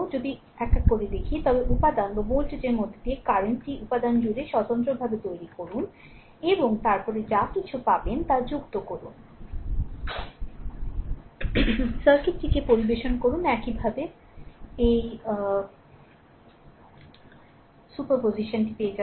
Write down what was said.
যদি এক এক করে দেখি তবে উপাদান বা ভোল্টেজের মধ্য দিয়ে কারেন্টটি উপাদান জুড়ে স্বতন্ত্রভাবে তৈরি করুন এবং তারপরে যা কিছু পাবেন তা যুক্ত করুন সার্কিটটিকে পরিবেশন করুন একইভাবে এটি সুপারপজিশনটি পেয়ে যাবে